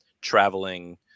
traveling